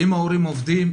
אם ההורים עובדים,